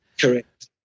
Correct